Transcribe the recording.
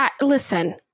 listen